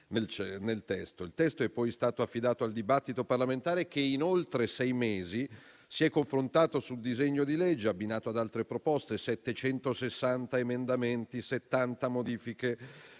nel testo, che è poi stato affidato al dibattito parlamentare che in oltre sei mesi si è confrontato sul disegno di legge, abbinato ad altre proposte. Sono stati considerati 760 emendamenti, 70 modifiche